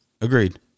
Agreed